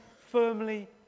firmly